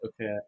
okay